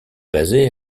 basée